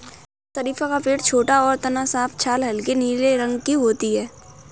शरीफ़ा का पेड़ छोटा और तना साफ छाल हल्के नीले रंग की होती है